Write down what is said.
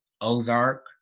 Ozark